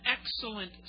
excellent